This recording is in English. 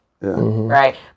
right